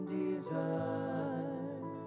desire